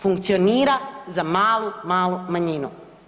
Funkcionira za malu, malu manjinu.